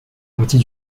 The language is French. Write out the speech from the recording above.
partie